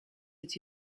est